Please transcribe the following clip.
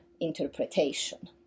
interpretation